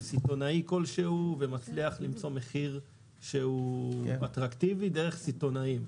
סיטונאי כלשהו ומצליח למצוא מחיר שהוא אטרקטיבי דרך סיטונאים,